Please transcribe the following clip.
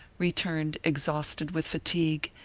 returned exhausted with fatigue,